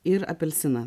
ir apelsiną